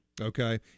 Okay